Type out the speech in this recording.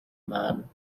man